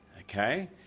okay